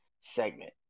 segment